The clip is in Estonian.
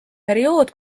periood